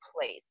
place